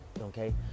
okay